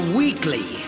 weekly